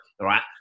Right